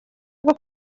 bwo